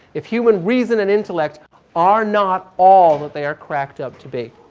if human reason and intellect are not all that they are cracked up to be?